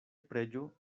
preĝo